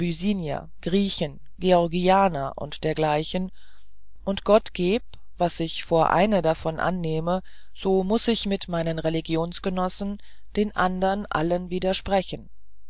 griechen georgianer und dergleichen und gott geb was ich vor eine davon annehme so muß ich mit meinen religionsgenossen den andern allen widersprechen